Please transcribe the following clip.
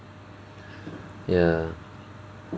ya